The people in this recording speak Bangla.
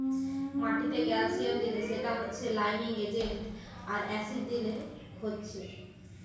মাটিতে ক্যালসিয়াম দিলে সেটা হচ্ছে লাইমিং এজেন্ট আর অ্যাসিড দিলে হচ্ছে